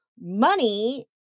money